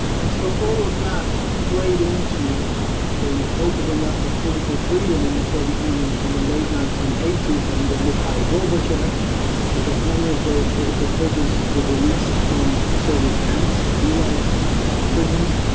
and so all of that played into the opening up of political freedom in the soviet union in the late nineteen eighty s under mikhail gorbachev because many of those political prisoners were released from soviet camps and gulags and prisons,